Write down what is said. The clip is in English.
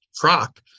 crop